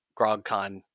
GrogCon